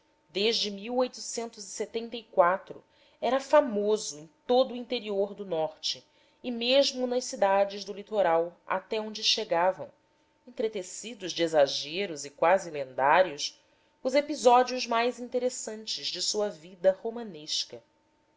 foi de era famoso em todo o interior do norte e mesmo nas cidades do litoral até onde chegavam entretecidos de exageros e quase lendários os episódios mais interessantes de sua vida